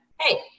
hey